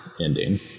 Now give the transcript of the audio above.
ending